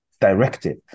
directive